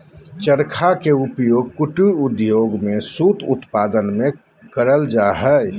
चरखा के उपयोग कुटीर उद्योग में सूत उत्पादन में करल जा हई